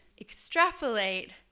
extrapolate